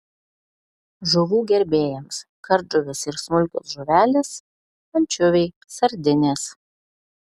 žuvų gerbėjams kardžuvės ir smulkios žuvelės ančiuviai sardinės